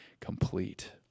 complete